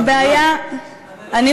הבעיה, אבל השר, הפריע, בלי הפסקה.